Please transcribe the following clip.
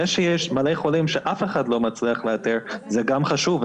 זה שיש מלא חולים שאף אחד לא מצליח לאתר זה גם חשוב,